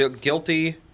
guilty